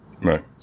Right